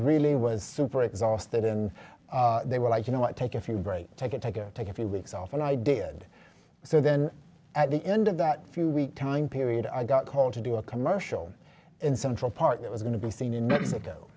really was super exhausted and they were like you know what take a take a tiger take a few weeks off and i did so then at the end of that few week time period i got called to do a commercial in central park that was going to be seen in